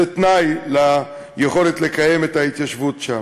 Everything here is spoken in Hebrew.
זה תנאי ליכולת לקיים את ההתיישבות שם.